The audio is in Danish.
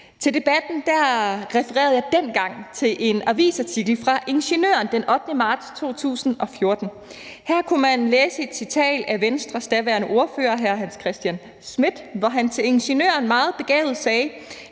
debatten refererede jeg dengang til en avisartikel fra Ingeniøren den 8. marts 2014. Her kunne man læse et citat af Venstres daværende ordfører, hr. Hans Christian Schmidt, som meget begavet sagde: